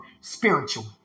Spiritual